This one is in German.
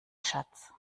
schatz